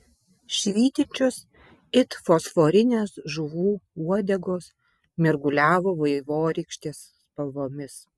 švytinčios it fosforinės žuvų uodegos mirguliavo vaivorykštės spalvomis